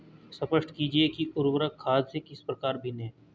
स्पष्ट कीजिए कि उर्वरक खाद से किस प्रकार भिन्न है?